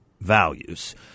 values